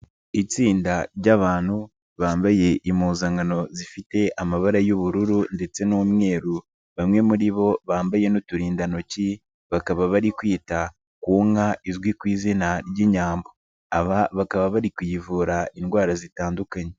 Itsinda ry'abantu bambaye impuzankano zifite amabara y'ubururu ndetse n'umweru, bamwe muri bo bambaye n'uturindantoki, bakaba bari kwita ku nka izwi ku izina ry'Inyambo, bakaba bari kuyivura indwara zitandukanye.